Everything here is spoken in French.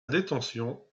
détention